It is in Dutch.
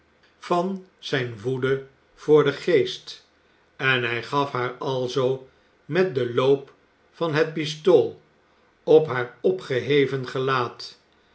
van zijn woede voor den geest en hij gaf haar alzoo met den loop van het pistool op haar opgeheven gelaat